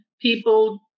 people